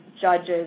judges